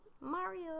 Mario